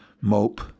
mope